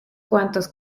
cuantos